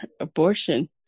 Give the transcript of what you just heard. abortion